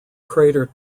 crater